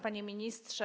Panie Ministrze!